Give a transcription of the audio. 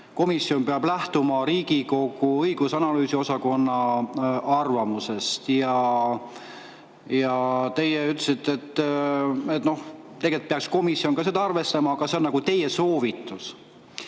komisjon peab lähtuma Riigikogu õigus‑ ja analüüsiosakonna arvamusest. Teie ütlesite, et tegelikult peaks komisjon ka seda arvestama, aga see on nagu teie soovitus.